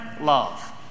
love